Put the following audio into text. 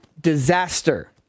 disaster